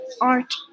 art